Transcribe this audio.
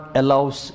allows